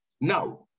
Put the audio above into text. Now